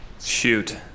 shoot